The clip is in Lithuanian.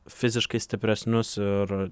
fiziškai stipresnius ir